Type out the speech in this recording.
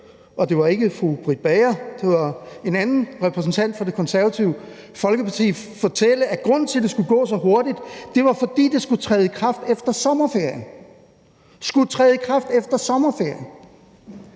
det var ikke fru Britt Bager, det var en anden repræsentant for Det Konservative Folkeparti – at grunden til, at det skulle gå så hurtigt, var, at det skulle træde i kraft efter sommerferien – skulle træde i kraft efter sommerferien!